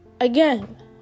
again